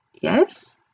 Yes